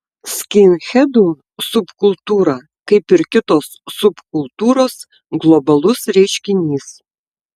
skinhedų subkultūra kaip ir kitos subkultūros globalus reiškinys